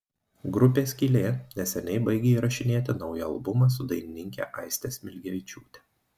grupė skylė neseniai baigė įrašinėti naują albumą su dainininke aiste smilgevičiūte